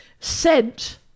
sent